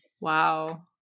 Wow